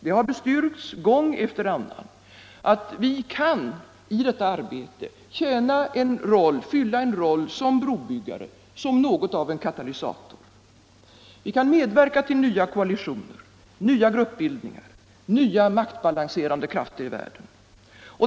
Det har bestyrkts gång efter annan att vi i detta arbete kan fylla en uppgift som brobyggare, som något av en katalysator. Vi kan medverka till nya koalitioner, nya gruppbildningar, nya maktbalanserande krafter i världen.